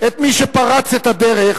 את מי שפרץ את הדרך